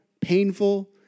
painful